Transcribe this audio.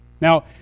Now